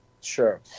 Sure